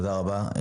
תודה רבה.